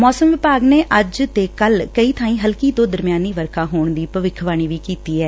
ਮੌਸਮ ਵਿਭਾਗ ਨੇ ਅੱਜ ਤੇ ਕੱਲੂ ਕਈ ਬਾਵਾਂ ਤੇ ਹਲਕੀ ਤੋਂ ਦਰਮਿਆਨੀ ਵਰਖਾ ਹੋਣ ਦੀ ਭਵਿੱਖਬਾਣੀ ਵੀ ਕੀਤੀ ਐ